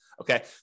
Okay